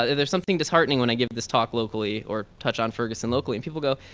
ah there's something disheartening when i give this talk locally or touch on ferguson locally, and people go,